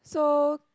so